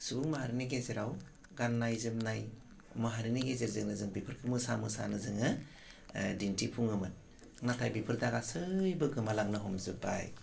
सुबुं माहारिनि गेजेराव गान्नाय जोमन्नाय माहारिनि गेजेरजोंनो जोडो बेफोरखौ मोसा मोसानो जोङो दिन्थिफुङोमोन नाथाय बेफोर दा गासैबो गोमालांनो हमजोब्बाय